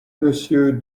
monsieur